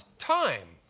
time.